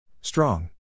Strong